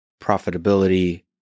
profitability